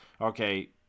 Okay